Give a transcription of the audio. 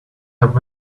have